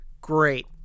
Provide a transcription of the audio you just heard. Great